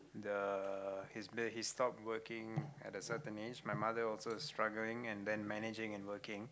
the his he stopped working at a certain age my mother also struggling and then managing and working